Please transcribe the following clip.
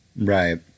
Right